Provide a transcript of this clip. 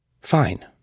Fine